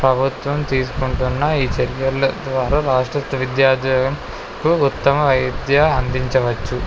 ప్రభుత్వం తీసుకుంటున్న ఈ చర్యల ద్వారా రాష్ట్ర విద్యార్థులకు ఉత్తమ వైద్యం అందించవచ్చు